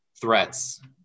threats